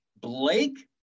Blake